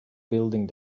building